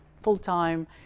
full-time